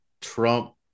Trump